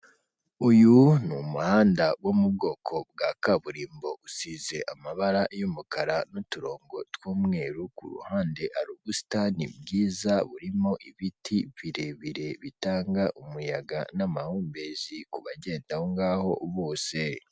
Uyu ni umuhanda wo mu bwoko bwa kaburimbo usize amabara y'umukara n'uturongo tw'umweru, kuruhande ubusitani bwiza burimo ibiti birebire bitanga umuyaga n'amahumbezi ku bagenda aho ngaho bose.